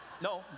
No